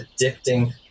addicting